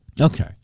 Okay